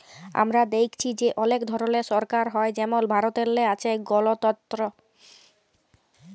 আমরা দ্যাইখছি যে অলেক ধরলের সরকার হ্যয় যেমল ভারতেল্লে আছে গলতল্ত্র